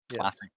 Classic